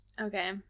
Okay